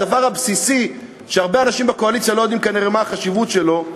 הדבר הבסיסי שהרבה אנשים בקואליציה לא יודעים כנראה מה החשיבות שלו,